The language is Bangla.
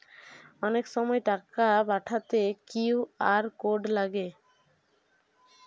অনেক সময় টাকা পাঠাতে কিউ.আর কোড লাগে